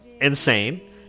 insane